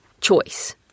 choice